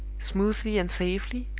smoothly and safely,